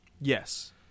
Yes